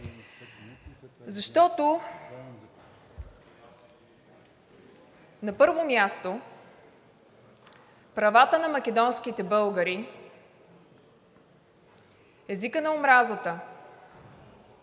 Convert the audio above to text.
Защото, на първо място, правата на македонските българи, езикът на омразата,